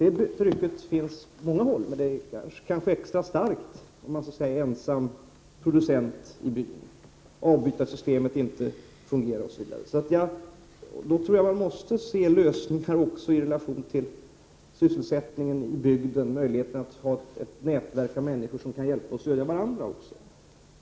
Det trycket finns på många håll, men det är kanske extra starkt om man är ensam producent i byn, om avbytarsystemet inte fungerar osv. Då tror jag att man måste se lösningar också i relation till sysselsättningen i bygden, möjligheten att ha ett nätverk av människor som kan hjälpa varandra.